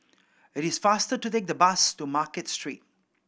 it is faster to take the bus to Market Street